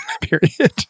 period